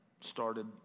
started